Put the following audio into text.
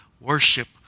worship